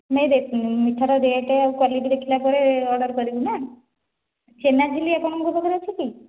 ନାହିଁ ଏବେ ମିଠାର ରେଟ୍ ଆଉ କ୍ୱାଲିଟୀ ଦେଖିଲା ପରେ ଅର୍ଡ଼ର କରିବି ନା ଛେନା ଝିଲି ଆପଣଙ୍କ ପାଖରେ ଅଛି କି